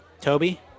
Toby